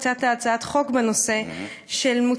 שהצעת הצעת חוק בנושא מוצרים.